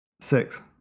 Six